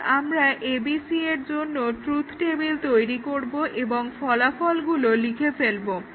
এখন আমরা ABC এর জন্য ট্রুথ টেবিল তৈরি করব এবং ফলাফলগুলো লিখে ফেলবো